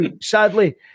sadly